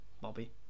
Bobby